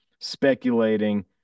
speculating